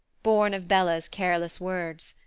born of bella's careless words.